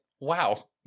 wow